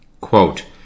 Quote